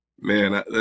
Man